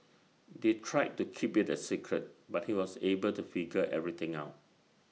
they tried to keep IT A secret but he was able to figure everything out